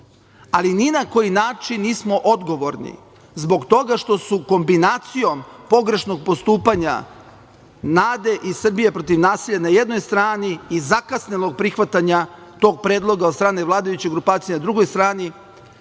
Ali ni na koji način nismo odgovorni zbog toga što su kombinacijom pogrešnog postupanja NADE i "Srbije protiv nasilja" na jednoj strani i zakasnelog prihvatanja tog predloga od strane vladajuće grupacije, na drugoj strani,